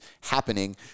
happening